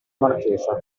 marchesa